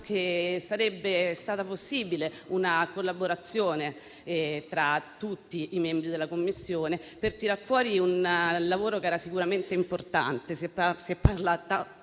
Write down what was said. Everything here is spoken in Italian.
che sarebbe stata possibile una collaborazione tra tutti i membri della Commissione per tirar fuori un lavoro sicuramente importante.